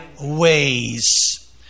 ways